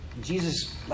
Jesus